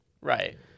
Right